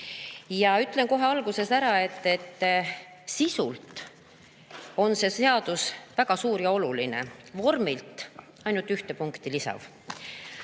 Ja ütlen kohe alguses ära, et sisult on see seadus väga suur ja oluline, aga vormilt ainult ühte punkti